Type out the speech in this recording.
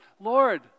Lord